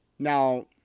Now